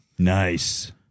Nice